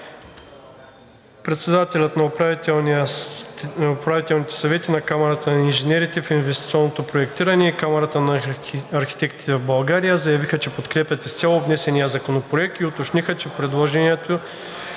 Председателите на управителните съвети на Камарата на инженерите в инвестиционното проектиране и Камарата на архитектите в България заявиха, че подкрепят изцяло внесения законопроект и уточниха, че приложението